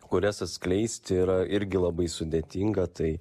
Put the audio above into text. kurias atskleisti yra irgi labai sudėtinga tai